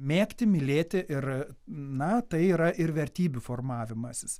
mėgti mylėti ir na tai yra ir vertybių formavimasis